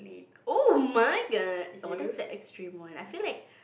oh-my-god what is the extreme one I feel like